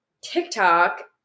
TikTok